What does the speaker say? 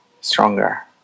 stronger